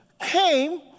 came